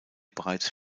bereits